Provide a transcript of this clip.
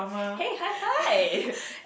hey high five